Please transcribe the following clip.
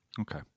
okay